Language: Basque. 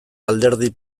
alderdi